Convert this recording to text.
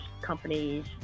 companies